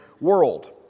world